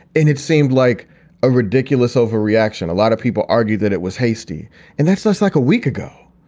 and it seemed like a ridiculous overreaction. a lot of people argue that it was hasty and that's just like a week ago.